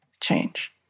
change